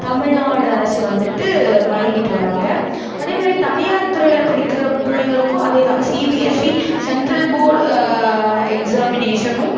தமிழ்நாடு அரசு வந்துட்டு வழங்கிட்டு வர்றாங்க அதேமாதிரி தனியார் துறையில் படிக்கிற பிள்ளைங்களுக்கும் அதேதான் சிபிஎஸ்சி சென்ட்ரல் போர்டு எக்ஸாமினேஷனும்